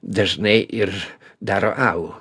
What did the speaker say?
dažnai ir daro alų